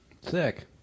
Sick